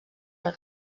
per